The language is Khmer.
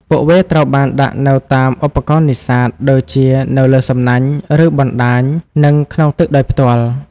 ពួកវាត្រូវបានដាក់នៅតាមឧបករណ៍នេសាទ ដូចជានៅលើសំណាញ់ ឬបណ្ដាញ និងក្នុងទឹកដោយផ្ទាល់។